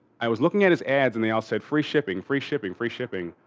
i was looking at his ads and they all said free shipping, free shipping, free shipping.